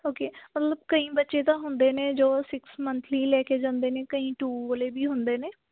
okay ਮਤਲਬ ਕਈ ਬੱਚੇ ਤਾਂ ਹੁੰਦੇ ਨੇ ਜੋ ਸਿਕਸ ਮੰਥਲੀ ਲੈ ਕੇ ਜਾਂਦੇ ਨੇ ਕਈ ਟੂ ਵਾਲੇ ਵੀ ਹੁੰਦੇ ਨੇ